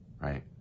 right